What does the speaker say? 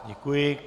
Děkuji.